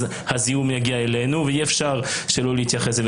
אז הזיהום יגיע אלינו ואי אפשר שלא להתייחס לזה,